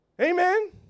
Amen